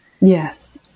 Yes